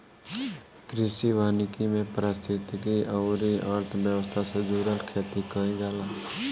कृषि वानिकी में पारिस्थितिकी अउरी अर्थव्यवस्था से जुड़ल खेती कईल जाला